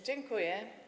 Dziękuję.